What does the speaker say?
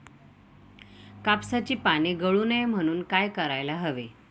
कापसाची पाने गळू नये म्हणून काय करायला हवे?